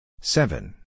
seven